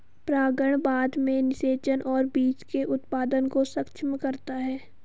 परागण बाद में निषेचन और बीज के उत्पादन को सक्षम करता है